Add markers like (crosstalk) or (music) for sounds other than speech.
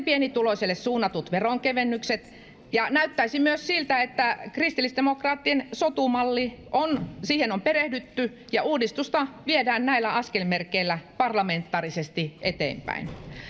(unintelligible) pienituloisille suunnatut veronkevennykset ja näyttäisi myös siltä että kristillisdemokraattien sotu malliin on perehdytty ja uudistusta viedään niillä askelmerkeillä parlamentaarisesti eteenpäin